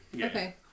Okay